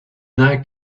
that